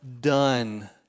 done